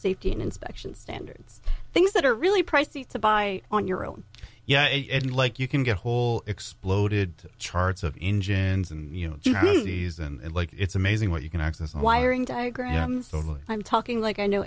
safety and inspection standards things that are really pricey to buy on your own yeah and like you can get whole exploded charts of engines and you know these and like it's amazing what you can access and wiring diagrams of and i'm talking like i know